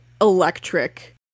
electric